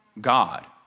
God